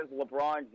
LeBron